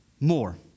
more